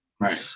Right